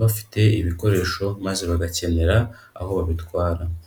bafite ibikoresho maze bagakenera aho babitwara.